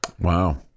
Wow